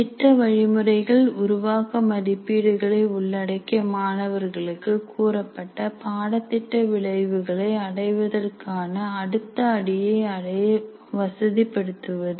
திட்ட வழிமுறைகள் உருவாக்க மதிப்பீடுகளை உள்ளடக்கிய மாணவர்களுக்கு கூறப்பட்ட பாடத்திட்ட விளைவுகளை அடைவதற்கான அடுத்த அடியை அடைய வசதி படுத்துவது